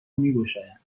میگشایند